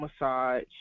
massage